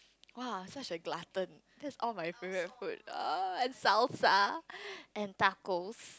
!wah! such a glutton that's all my favourite food uh and salsa and tacos